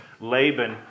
Laban